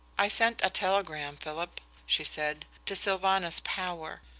i sent a telegram, philip, she said, to sylvanus power.